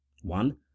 One